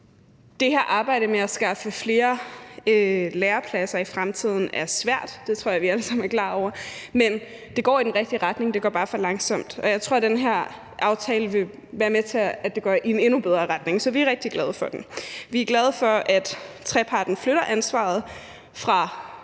Det her arbejde med at skaffe flere lærepladser i fremtiden er meget svært. Det tror jeg at vi alle sammen er klar over. Men det går i den rigtige retning, det går bare for langsomt. Jeg tror, at den her aftale vil være med til at få det til i endnu højere grad at gå i den rigtige retning, så vi er rigtig glade for den. Vi er glade for, at trepartsaftalen flytter ansvaret fra